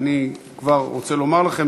אני כבר רוצה לומר לכם